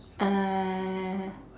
uh